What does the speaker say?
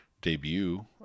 debut